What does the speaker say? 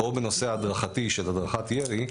או בנושא ההדרכתי של הדרכת ירי.